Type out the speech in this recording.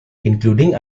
including